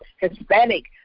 Hispanic